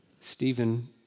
Stephen